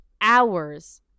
hours